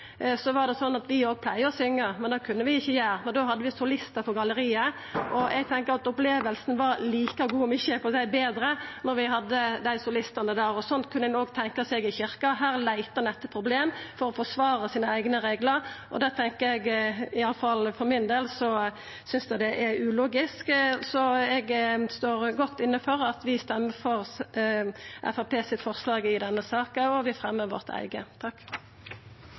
det er sånn at vi òg pleier å syngja, men det kunne vi ikkje gjera – så hadde vi solistar på galleriet. Eg tenkjer at opplevinga var like god, om ikkje betre, når vi hadde dei solistane der, og sånt kunne ein òg tenkja seg i kyrkja. Her leiter ein etter problem for å forsvara sine eigne reglar, og eg synest iallfall for min del at det er ulogisk. Så eg står godt inne for at vi stemmer for Framstegspartiets forslag i denne saka, og at vi fremjar vårt eige.